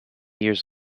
years